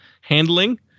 handling